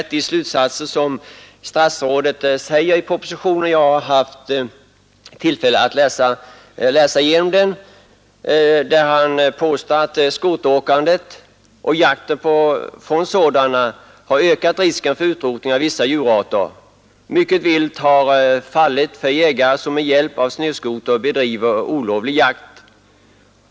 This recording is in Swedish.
Jag har haft tillfälle att läsa igenom propositionen och finner att de slutsatser statsrådet där drar är alldeles riktiga; jakten från skoter har ökat risken för utrotning av vissa djurarter. Mycket vilt har fallit för jägare, som med hjälp av snöskoter bedriver olovlig jakt.